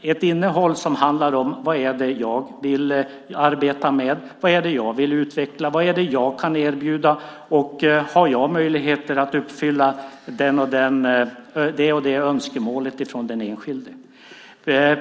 Det handlar om vad man vill arbeta med, vad man vill utveckla, vad man kan erbjuda och vilka möjligheter man har att uppfylla det och det önskemålet från den enskilde.